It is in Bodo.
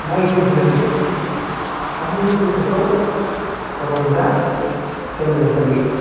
नायदिंहैनानै गावनि गोसोखौ रंजा होनो हायो